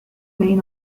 main